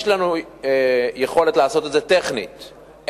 יש לנו יכולת טכנית לעשות את זה,